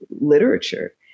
literature